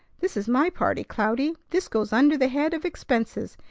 this is my party, cloudy. this goes under the head of expenses.